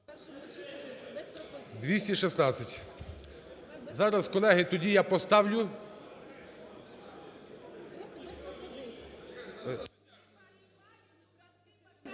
За-216 Зараз, колеги, тоді я поставлю…